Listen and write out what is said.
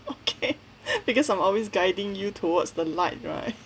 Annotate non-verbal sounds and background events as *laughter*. okay *laughs* because I'm always guiding you towards the light right